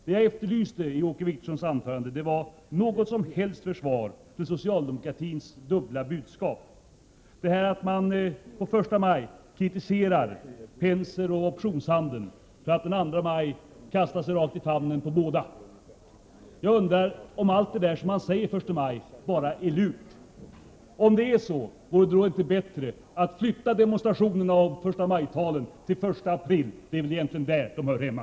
Det jag efterlyste i Åke Wictorssons anförande var något som helst försvar för socialdemokratins dubbla budskap — att man den 1 maj kritiserar Penser och optionshandeln för att den 2 maj kasta sig rakt i famnen på båda. Jag undrar om allt det där som man säger första maj bara är lurt. Om det är så, vore det då inte bättre att flytta demonstrationerna och förstamajtalen till första april? Det är väl egentligen där de hör hemma.